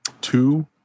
Two